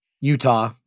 Utah